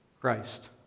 Christ